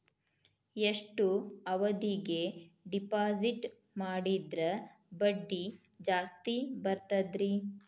ಎಷ್ಟು ಅವಧಿಗೆ ಡಿಪಾಜಿಟ್ ಮಾಡಿದ್ರ ಬಡ್ಡಿ ಜಾಸ್ತಿ ಬರ್ತದ್ರಿ?